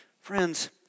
Friends